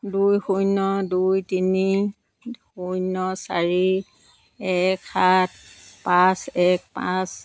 দুই শূন্য দুই তিনি শূন্য চাৰি এক সাত পাঁচ এক পাঁচ